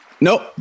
nope